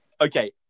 okay